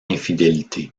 infidélité